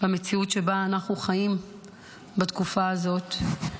במציאות שבה אנחנו חיים בתקופה הזאת,